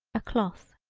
a cloth.